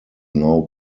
now